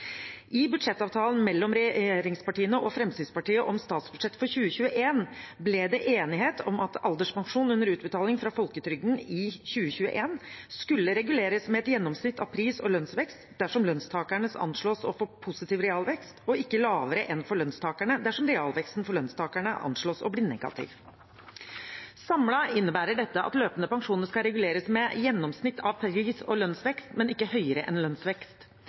I budsjettavtalen mellom regjeringspartiene og Fremskrittspartiet om statsbudsjettet for 2021 ble det enighet om at alderspensjon under utbetaling fra folketrygden i 2021 skulle reguleres med et gjennomsnitt av pris- og lønnsvekst dersom lønnstakerne anslås å få positiv realvekst, og ikke lavere enn for lønnstakerne dersom realveksten for lønnstakerne anslås å bli negativ. Samlet innebærer dette at løpende pensjoner skal reguleres med gjennomsnitt av pris- og lønnsvekst, men ikke høyere enn lønnsvekst.